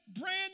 brand